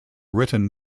written